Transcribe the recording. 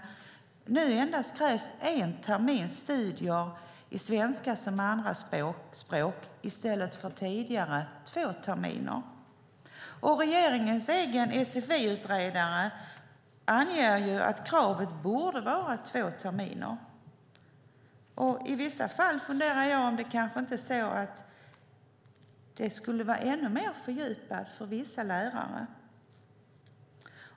Där står det att det nu endast krävs en termins studier i svenska som andraspråk i stället för, som tidigare, två terminer. Regeringens egen sfi-utredare anger att kravet borde vara två terminer. Jag funderar på om det kanske skulle vara ännu mer fördjupat för vissa lärare.